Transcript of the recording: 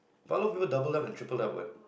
but a lot of people doubled up and tripled up what